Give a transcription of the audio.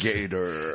Gator